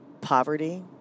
Poverty